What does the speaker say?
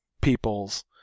peoples